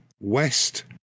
west